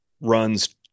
runs